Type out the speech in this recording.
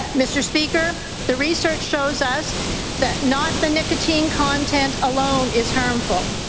mr. speaker, the research shows us that not the nicotine content alone is harmful,